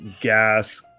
gas